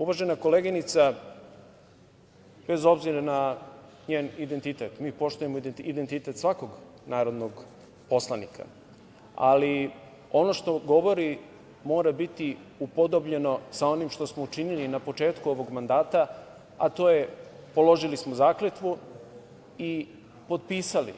Uvažena koleginica, bez obzira na njen identitet, mi poštujemo identitet svakog narodnog poslanika, ali ono što govori mora biti upodobljeno sa onim što smo činili na početku ovog mandata, a to je da smo položili zakletvu i potpisali